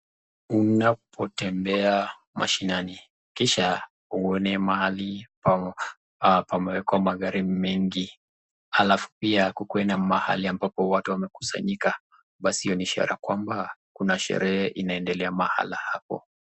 Unapotembea mashinani kisha uone mahali pamewekwa magari mengi alafu pia ukuwe ni mahali ambapo watu wamekusanyika basi hiyo ni ishara kwamba kuna sherehe inaendelea mahali hapo.